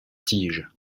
tige